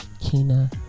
Kina